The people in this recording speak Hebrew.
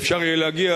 אפשר יהיה להגיע